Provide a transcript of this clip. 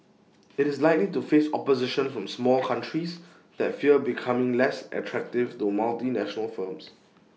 IT is likely to face opposition from small countries that fear becoming less attractive to multinational firms